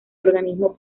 organismo